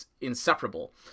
inseparable